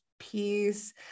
peace